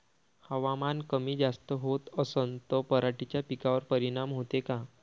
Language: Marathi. हवामान कमी जास्त होत असन त पराटीच्या पिकावर परिनाम होते का?